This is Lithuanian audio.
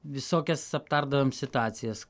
visokias aptardavom situacijas